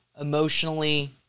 emotionally